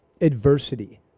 adversity